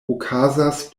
okazos